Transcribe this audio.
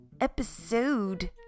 episode